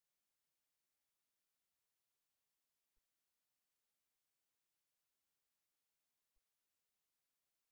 కాబట్టి తరువాతి ఉపన్యాసంలో నేను ABCD మరియు S పారామితుల గురించి తరువాత మైక్రోవేవ్ సర్క్యూట్ యొక్క వివిధ అనువర్తనాల గురించి చర్చించుకుందాం